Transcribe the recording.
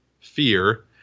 fear